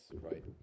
Right